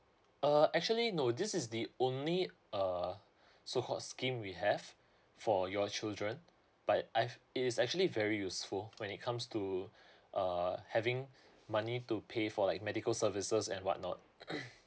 uh actually no this is the only uh so called scheme we have for your children but I've it is actually very useful when it comes to uh having money to pay for like medical services and whatnot